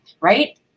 right